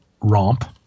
romp